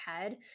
head